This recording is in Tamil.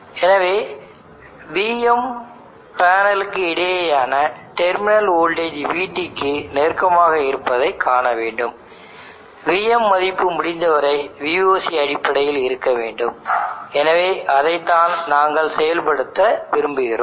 எனவே Vm பேனலுக்கு இடையேயான டெர்மினல் வோல்டேஜ் Vt க்கு நெருக்கமாக இருப்பதைக் காண வேண்டும் vm மதிப்பு முடிந்தவரை Voc அடிப்படையில் இருக்க வேண்டும் எனவே அதைத்தான் நாங்கள் செயல்படுத்த விரும்புகிறோம்